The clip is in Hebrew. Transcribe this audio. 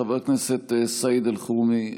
חבר הכנסת סעיד אלחרומי,